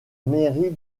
mairie